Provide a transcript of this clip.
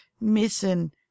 missing